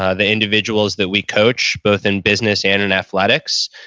ah the individuals that we coach both in business and in athletics,